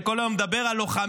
שכל היום מדבר על לוחמים,